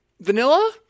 vanilla